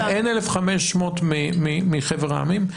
אין 1,500 מחבר העמים,